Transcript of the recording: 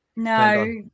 No